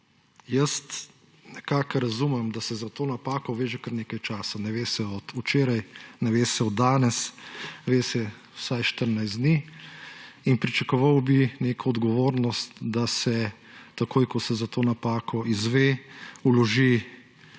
Nekako razumem, da se za to napako ve že kar nekaj časa, ne ve se od včeraj, ne ve se od danes, ve se vsaj 14 dni in pričakoval bi neko odgovornost, da se takoj, ko se za to napako izve, vloži